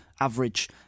average